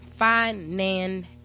Finan